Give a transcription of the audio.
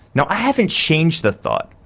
now i haven't changed the thought,